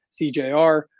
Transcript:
CJR